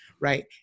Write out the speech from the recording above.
right